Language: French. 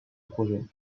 projet